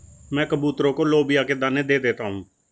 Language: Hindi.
मैं कबूतरों को लोबिया के दाने दे देता हूं